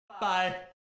Bye